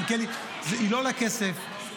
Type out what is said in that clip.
"מלכיאלי" היא לא עולה כסף.